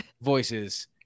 voices